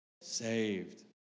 Saved